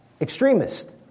extremists